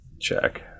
check